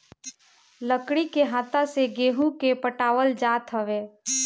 लकड़ी के हत्था से गेंहू के पटावल जात हवे